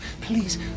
Please